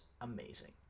amazing